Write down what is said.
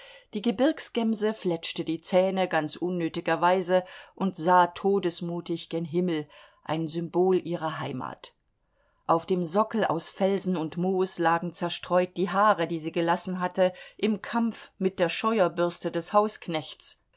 die gebirgsgemse fletschte die zähne ganz unnötigerweise und sah todesmutig gen himmel ein symbol ihrer heimat auf dem sockel aus felsen und moos lagen zerstreut die haare die sie gelassen hatte im kampf mit der scheuerbürste des